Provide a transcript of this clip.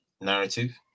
narrative